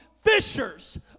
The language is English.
fishers